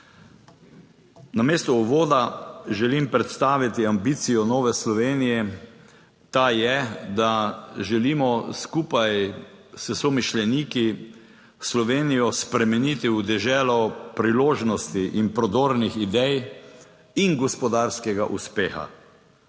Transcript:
Namesto uvoda želim predstaviti ambicijo Nove Slovenije. Ta je, da želimo skupaj s somišljeniki Slovenijo spremeniti v deželo priložnosti in prodornih idej in gospodarskega uspeha.